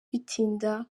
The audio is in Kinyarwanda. bitinda